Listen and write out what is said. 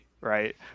right